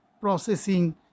processing